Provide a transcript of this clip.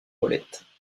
molettes